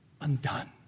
undone